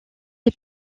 est